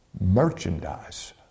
merchandise